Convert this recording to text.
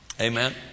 Amen